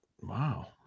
Wow